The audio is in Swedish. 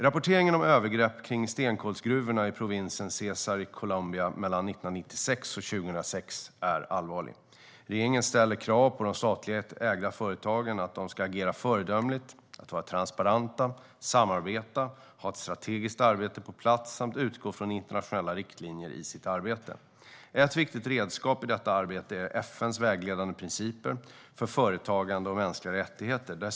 Rapporteringen om övergrepp vid stenkolsgruvorna i provinsen Cesar i Colombia mellan 1996 och 2006 är allvarlig. Regeringen ställer krav på de statligt ägda företagen att de ska agera föredömligt, vara transparenta, samarbeta, ha ett strategiskt arbete på plats och utgå från internationella riktlinjer i sitt arbete. Ett viktigt redskap i detta arbete är FN:s vägledande principer för företagande och mänskliga rättigheter.